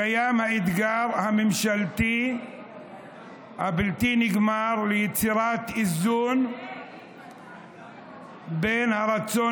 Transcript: קיים האתגר הממשלתי הבלתי-נגמר ליצירת איזון בין הרצון